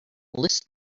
list